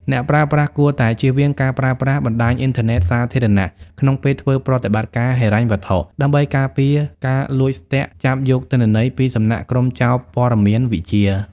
អ្នកប្រើប្រាស់គួរតែជៀសវាងការប្រើប្រាស់បណ្ដាញអ៊ីនធឺណិតសាធារណៈ ក្នុងពេលធ្វើប្រតិបត្តិការហិរញ្ញវត្ថុ ដើម្បីការពារការលួចស្ទាក់ចាប់យកទិន្នន័យពីសំណាក់ក្រុមចោរព័ត៌មានវិទ្យា។